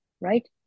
right